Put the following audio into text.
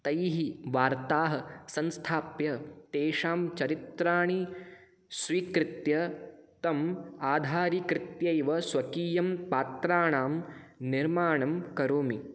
तैः वार्ताः संस्थाप्य तेषां चरित्राणि स्वीकृत्य तम् आधारीकृत्य एव स्वकीयं पात्राणां निर्माणं करोमि